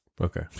okay